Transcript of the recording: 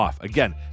Again